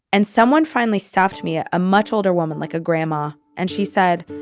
and someone finally stopped me at a much older woman like a grandma and she said,